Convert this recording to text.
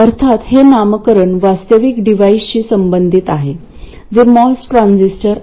अर्थात हे नामकरण वास्तविक डिव्हाइसशी संबंधित आहे जे मॉस ट्रान्झिस्टर आहे